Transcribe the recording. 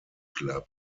club